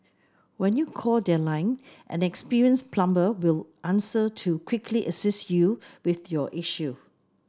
when you call their line an experienced plumber will answer to quickly assist you with your issue